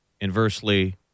inversely